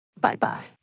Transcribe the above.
Bye-bye